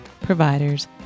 providers